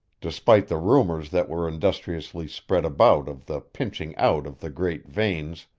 despite the rumors that were industriously spread about of the pinching out of the great veins,